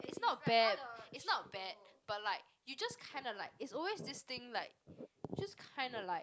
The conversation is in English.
it's not bad it's not bad but like you just kinda like is always this thing like just kinda like